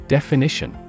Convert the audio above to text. Definition